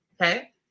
Okay